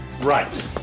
Right